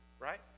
right